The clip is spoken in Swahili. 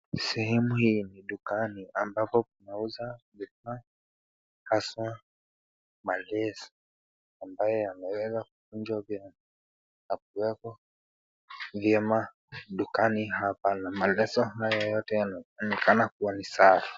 Sehemu hii ni dukani ambako kunauza vifaa, haswa maleso ambayo yameweza kunjwa vyema dukani hapa na maleso haya yote yanaonekana kuwa ni safi